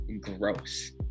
gross